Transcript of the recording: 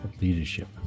leadership